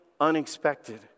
unexpected